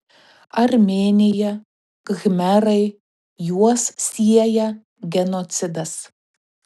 armėnija khmerai juos sieja genocidas